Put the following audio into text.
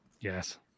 yes